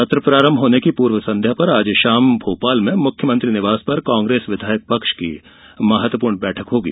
सत्र प्रारंभ होने की पूर्व संध्या पर आज शाम भोपाल में मुख्यमंत्री निवास पर कांग्रेस विधायक पक्ष की महत्वपूर्ण बैठक होगी